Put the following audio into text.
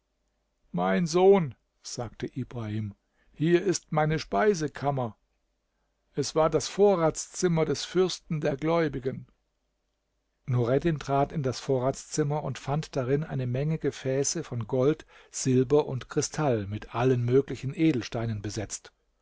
mein sohn sagte ibrahim hier ist meine speisekammer es war das vorratszimmer des fürsten der gläubigen nureddin trat in das vorratszimmer und fand darin eine menge gefäße von gold silber und kristall mit allen möglichen edelsteinen besetzt